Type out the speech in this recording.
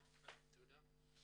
תודה.